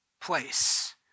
place